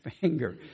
finger